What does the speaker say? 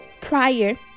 prior